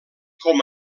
com